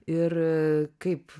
ir kaip